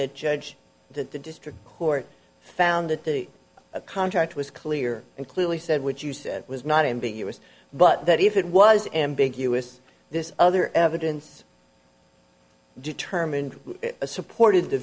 that judge that the district court found that the contract was clear and clearly said what you said was not ambiguous but that if it was ambiguous this other evidence determined supported the